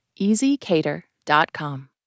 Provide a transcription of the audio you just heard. easycater.com